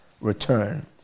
return